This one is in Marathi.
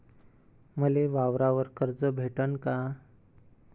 मले वावरावर कर्ज भेटन का?